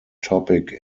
topic